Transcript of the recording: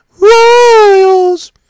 royals